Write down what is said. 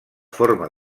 forma